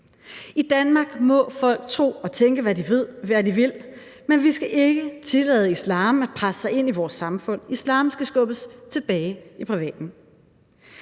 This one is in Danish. I Danmark må folk tro og tænke, hvad de vil, men vi skal ikke tillade islam at presse sig ind i vores samfund. Islam skal skubbes tilbage i privaten.